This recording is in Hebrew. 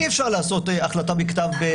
אי אפשר לעשות החלטה בכתב.